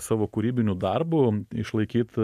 savo kūrybiniu darbu išlaikyt